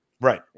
Right